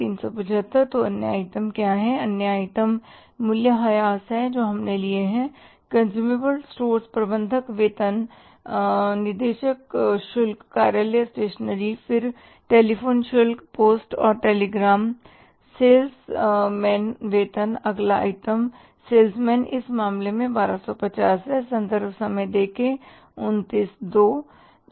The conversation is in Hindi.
375 तो अन्य आइटम क्या हैं अन्य आइटम मूल्यह्रास हैं जो हमने लिए हैं कंज्यूमएबलस्टोर प्रबंधक वेतन निदेशक शुल्क कार्यालय स्टेशनरी फिर टेलीफोन शुल्क पोस्ट और टेलीग्राम सेल्स मैन वेतन अगला आइटम सेल्समैन इस मामले में 1250 हैं